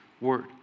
Word